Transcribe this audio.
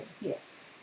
Yes